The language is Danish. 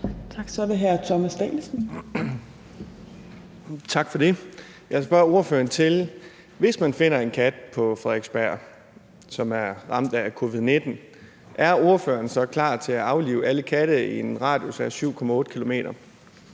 Kl. 16:14 Thomas Danielsen (V): Tak for det. Jeg vil spørge ordføreren: Hvis man finder en kat på Frederiksberg, som er ramt af covid-19, er ordføreren så klar til at aflive alle katte i en radius af 7,8 km?